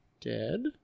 Dead